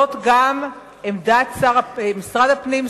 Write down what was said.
זאת גם עמדת משרד הפנים,